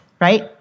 right